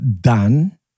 done